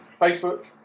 Facebook